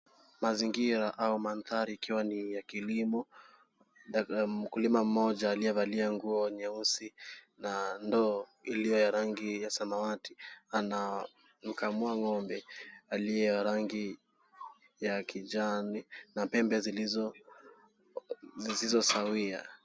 Mazingira au mandhari ikiwa ni ya kilimo. Mkulima mmoja akiwa amevalia nguo nyeusi na ndoo iliyo ya rangi ya samawati anakamua ng'ombe aliye na rangi ya kijani na pembe zisizo sawia.